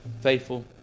faithful